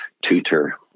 Tutor